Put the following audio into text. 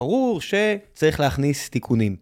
ברור שצריך להכניס תיקונים.